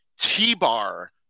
T-Bar